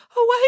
Away